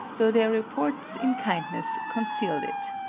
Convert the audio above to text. though their reports, in kindness, concealed it.